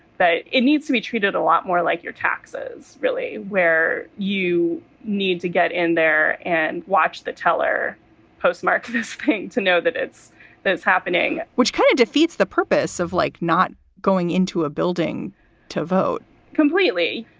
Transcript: but it needs to be treated a lot more like your taxes, really, where you need to get in there and watch the teller postmark this thing to know that it's that's happening, which kind of defeats the purpose purpose of, like, not going into a building to vote completely